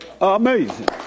Amazing